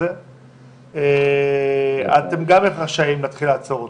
אז אתם גם רשאים להתחיל לעצור אותו?